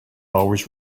always